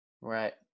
Right